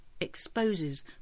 exposes